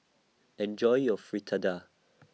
Enjoy your Fritada